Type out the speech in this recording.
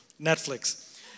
Netflix